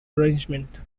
arrangement